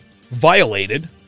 violated